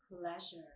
pleasure